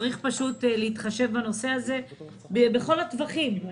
צריך להתחשב בנושא הזה בכל הטווחים.